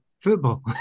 football